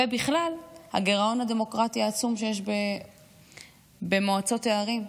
ובכלל בגירעון הדמוקרטי העצום שיש במועצות הערים.